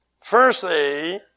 Firstly